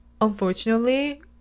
unfortunately